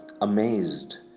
amazed